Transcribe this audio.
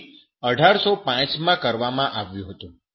તે 1805 માં કરવામાં આવ્યું હતું